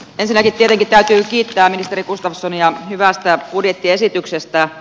ensinnäkin tietenkin täytyy kiittää ministeri gustafssonia hyvästä budjettiesityksestä